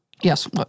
Yes